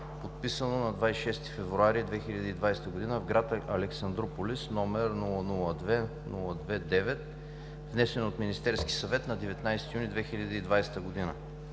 подписано на 26 февруари 2020 г. в град Александруполис, № 002-02-9, внесен от Министерския съвет на 19 юни 2020 г.